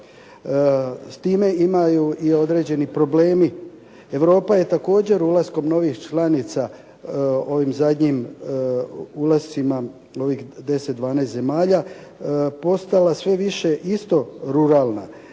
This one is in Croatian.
S time imaju i određeni problemi. Europa je također ulaskom novih članica ovim zadnjim ulascima ovih 10, 12 zemalja postala sve više isto ruralna.